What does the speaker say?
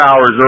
hours